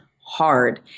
hard